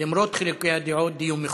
למרות חילוקי הדעות, דיון מכובד.